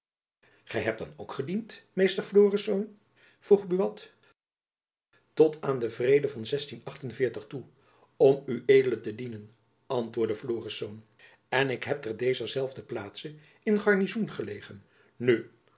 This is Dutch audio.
gy hebt dan ook gediend meester florisz vroeg buat tot aan den vrede van toe om ued te dienen antwoordde florisz en ik heb te dezer zelfde plaatse in garnizoen gelegen nu